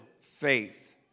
faith